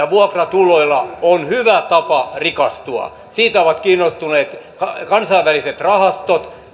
vuokratulot on hyvä tapa rikastua siitä ovat kiinnostuneet kansainväliset rahastot